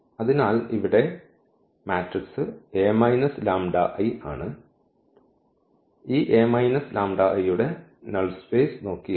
അതിനാൽ ഇവിടെ മാട്രിക്സ് ആണ് ഈ A λI യുടെ നൾ സ്പേസ് നോക്കിയാൽ